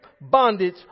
bondage